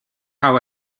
how